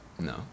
No